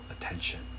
attention